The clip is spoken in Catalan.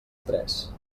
tres